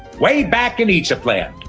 way back in egypt land.